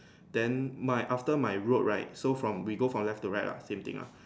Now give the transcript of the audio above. then my after my road right so from we go from left to right lah same thing lah